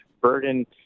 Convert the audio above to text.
burden